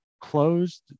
closed